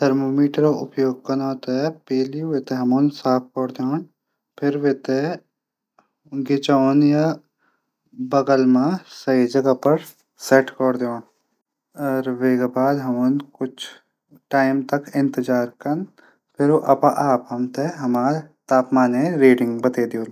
थर्मामीटर उपयोग कनो तै वे थै हमन साफ कौरी दीण फिर वैथे गिच मा या बगल मा सैट कौरी दीण अर वेक बाद हमन कुछ टैम तक इंतजार कन। फिर ऊ अपड आप हमथै अपड तापमान या रिडिंग बतै दियालू।